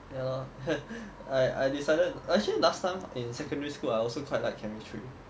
ya lor pppl I I decided I actually last time in secondary school I also quite like chemistry